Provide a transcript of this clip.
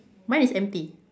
mine is empty